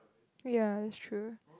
ya that's true